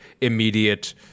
immediate